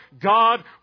God